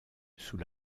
sous